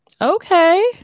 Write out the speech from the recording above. Okay